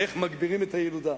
איך מגבירים את הילודה,